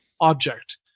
object